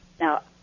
Now